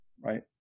right